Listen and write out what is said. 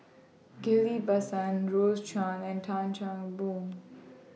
Ghillie BaSan Rose Chan and Tan Chan Boon